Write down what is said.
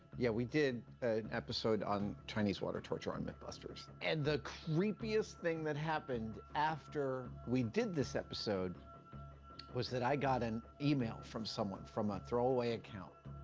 yeah, we did an episode on chinese water torture on mythbusters, and the creepiest thing that happened after we did this episode was that i got an email from someone from a throwaway account.